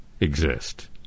exist